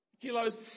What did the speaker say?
kilos